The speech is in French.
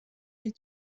est